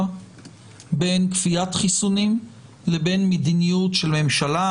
בין כפיית חיסונים לבין מדיניות של ממשלה,